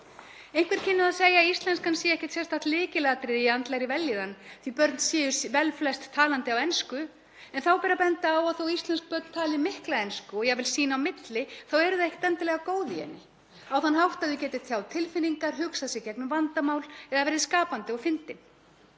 Einhver kynnu að segja að íslenskan sé ekkert sérstakt lykilatriði í andlegri vellíðan því börn séu velflest talandi á ensku, en þá ber að benda á að þótt íslensk börn tali mikla ensku og jafnvel sín á milli þá eru þau ekkert endilega góð í henni á þann hátt að þau geti tjáð tilfinningar, hugsað sig í gegnum vandamál eða verið skapandi og fyndin.